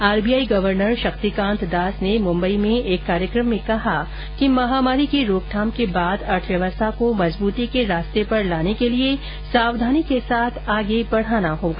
RBI governor Shaktikanta Das ने मुंबई में एक कार्यक्रम में कहा कि महामारी की रोकथाम के बाद अर्थव्यवस्था को मजबूती के रास्ते पर लाने के लिए सावधानी के साथ आगे बढ़ाना होगा